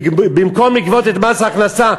במקום לגבות את מס ההכנסה,